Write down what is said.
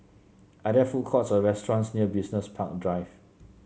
are there food courts or restaurants near Business Park Drive